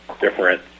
different